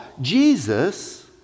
Jesus